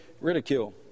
ridicule